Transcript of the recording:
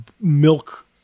milk